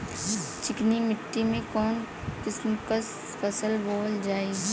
चिकनी मिट्टी में कऊन कसमक फसल बोवल जाई?